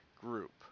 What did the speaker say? group